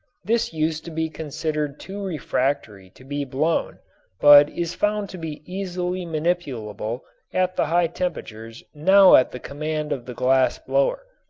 this used to be considered too refractory to be blown but is found to be easily manipulable at the high temperatures now at the command of the glass-blower.